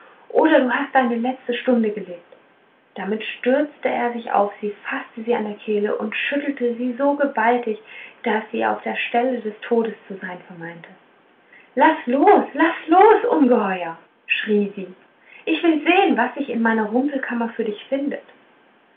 oder du hast deine letzte stunde gelebt damit stürzte er sich auf sie faßte sie an der kehle und schüttelte sie so gewaltig daß sie auf der stelle des todes zu sein vermeinte laß los laß los ungeheuer schrie sie ich will sehen was sich in meiner rumpelkammer für dich findet